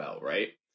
right